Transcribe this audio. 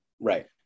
Right